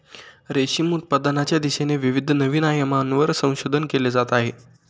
रेशीम उत्पादनाच्या दिशेने विविध नवीन आयामांवर संशोधन केले जात आहे